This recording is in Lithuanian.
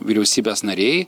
vyriausybės nariai